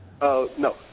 No